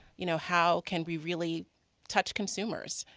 you know, how can we really touch consumers?